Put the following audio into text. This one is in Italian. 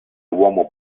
uomo